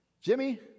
jimmy